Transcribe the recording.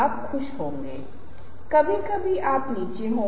आपको इसके बारे में बहुत सावधान रहने की जरूरत है